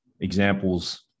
examples